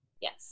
Yes